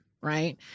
right